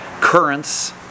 currents